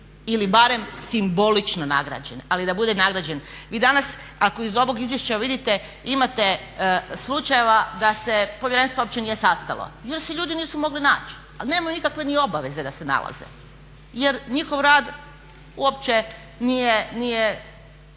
ili barem simbolično nagrađen. Ali da bude nagrađen. Vi danas ako iz ovog izvješća vidite imate slučajeva da se povjerenstvo uopće nije sastalo, jer se ljudi nisu mogli naći. Ali nemaju nikakve ni obaveze da se nalaze, jer njihov rad uopće nije